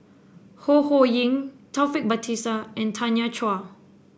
Ho Ho Ying Taufik Batisah and Tanya Chua